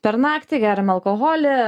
per naktį geriam alkoholį